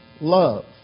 love